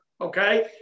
okay